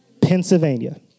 Pennsylvania